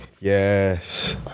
Yes